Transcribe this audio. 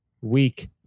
week